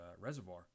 reservoir